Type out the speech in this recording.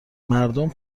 مردم